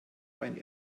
ein